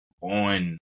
on